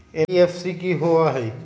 NBFC कि होअ हई?